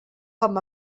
com